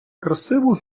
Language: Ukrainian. красиву